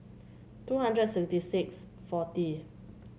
two hundred sixty six forty